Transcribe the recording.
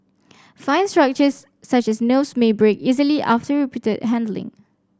fine structures such as nerves may break easily after repeated handling